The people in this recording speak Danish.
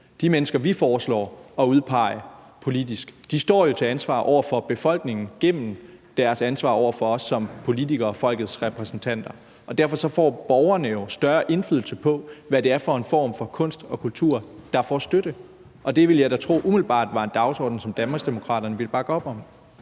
De mennesker, vi foreslår at udpege politisk, står jo til ansvar over for befolkningen gennem deres ansvar over for os som politikere, folkets repræsentanter. Derfor får borgerne jo større indflydelse på, hvad det er for en form for kunst og kultur, der får støtte, og det ville jeg da umiddelbart tro var en dagsorden, som Danmarksdemokraterne ville bakke op om.